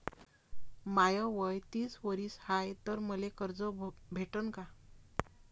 माय वय तीस वरीस हाय तर मले कर्ज भेटन का?